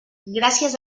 gràcies